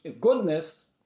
goodness